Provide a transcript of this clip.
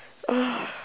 oh